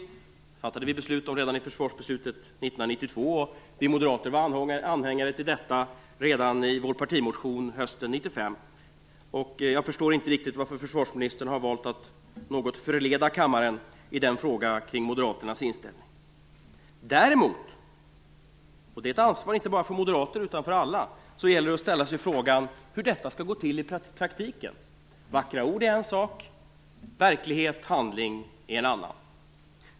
Den fattade vi beslut om redan i försvarsbeslutet 1992, och vi moderater var anhängare till detta i vår partimotion hösten 1995. Jag förstår inte varför försvarsministern har valt att något förleda kammaren i denna fråga vad gäller Moderaternas inställning. Däremot - och det är ett ansvar inte bara för moderater utan för alla - gäller det att ställa sig frågan om hur detta skall gå till i praktiken. Vackra ord är en sak, men verklighet och handling är en annan.